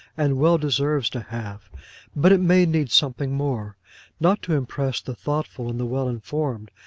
and well deserves to have but it may need something more not to impress the thoughtful and the well-informed,